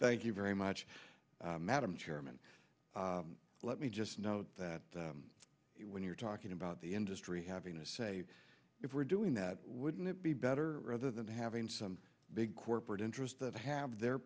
thank you very much madam chairman let me just note that when you're talking about the industry having to say if we're doing that wouldn't it be better rather than having some big corporate interests that have their